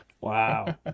wow